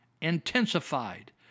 intensified